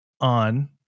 on